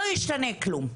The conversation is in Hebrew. לא ישתנה כלום.